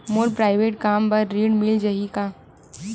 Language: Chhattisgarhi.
मोर प्राइवेट कम बर ऋण मिल जाही का?